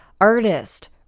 artist